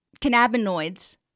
cannabinoids